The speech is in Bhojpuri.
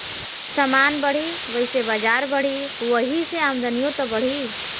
समान बढ़ी वैसे बजार बढ़ी, वही से आमदनिओ त बढ़ी